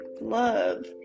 love